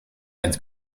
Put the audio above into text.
bent